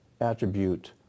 attribute